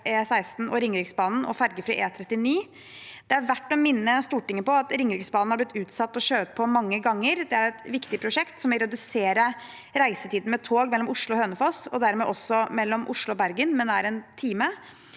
E16 og Ringeriksbanen og ferjefri E39. Det er verdt å minne Stortinget om at Ringeriksbanen er blitt utsatt og skjøvet på mange ganger. Det er et viktig prosjekt som vil redusere reisetiden med tog mellom Oslo og Hønefoss, og dermed også mellom Oslo og Bergen, med nær en time.